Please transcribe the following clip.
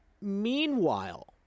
meanwhile